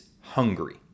hungry